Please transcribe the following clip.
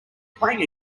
playing